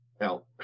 Now